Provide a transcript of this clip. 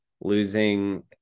losing